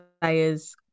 players